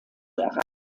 erreichen